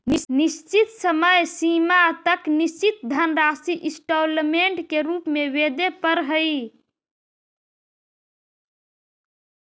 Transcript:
निश्चित समय सीमा तक निश्चित धनराशि इंस्टॉलमेंट के रूप में वेदे परऽ हई